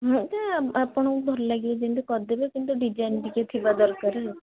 ମୁଁ ତ ଆପଣଙ୍କୁ ଭଲ ଲାଗିବ ଯେମିତି କରିଦେବେ କିନ୍ତୁ ଡିଜାଇନ୍ ଟିକେ ଥିବା ଦରକାର